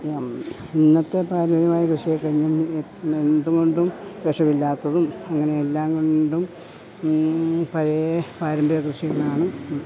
ഇന്നത്തെ പാരമ്പര്യമായ കൃഷിയൊക്കെ ഇന്നിനി ഇന്നെന്തു കൊണ്ടും വിഷമില്ലാത്തതും അങ്ങനെയെല്ലാം കൊണ്ടും പഴയ പാരമ്പര്യ കൃഷികളാണ്